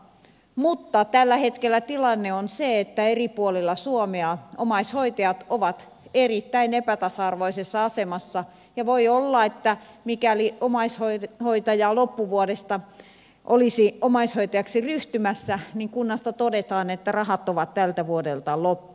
mutta tällä hetkellä tilanne on se että eri puolilla suomea omaishoitajat ovat erittäin epätasa arvoisessa asemassa ja voi olla että mikäli omaishoitaja loppuvuodesta olisi omaishoitajaksi ryhtymässä niin kunnasta todetaan että rahat ovat tältä vuodelta loppu